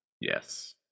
yes